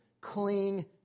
Cling